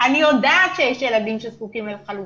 אני יודעת שיש ילדים שזקוקים לחלופות.